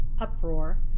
uproar